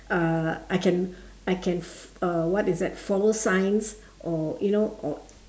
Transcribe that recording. uh I can I can uh what is that follow signs or you know or